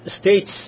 states